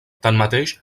tanmateix